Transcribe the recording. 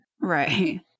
Right